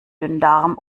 dünndarm